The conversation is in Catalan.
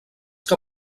que